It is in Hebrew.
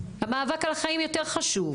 המאבק על החיים יותר חשוב.